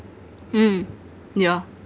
mm yeah